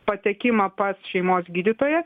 patekimą pas šeimos gydytoją